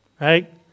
right